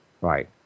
Right